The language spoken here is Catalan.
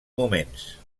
moments